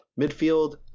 Midfield